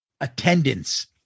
attendance